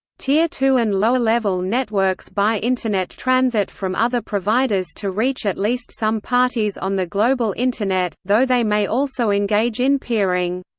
tier two and lower level networks buy internet transit from other providers to reach at least some parties on the global internet, though they may also engage in peering.